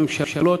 הממשלות,